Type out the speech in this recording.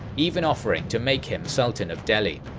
even offering to make him sultan of delhi.